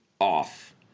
off